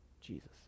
Jesus